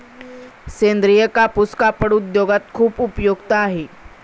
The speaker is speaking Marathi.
सेंद्रीय कापूस कापड उद्योगात खूप उपयुक्त आहे